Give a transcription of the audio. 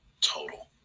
total